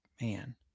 man